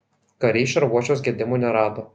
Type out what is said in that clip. kariai šarvuočiuos gedimų nerado